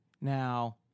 Now